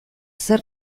zer